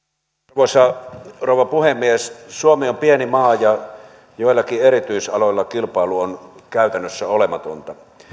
arvoisa rouva puhemies suomi on pieni maa ja joillakin erityisaloilla kilpailu on käytännössä olematonta